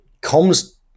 comes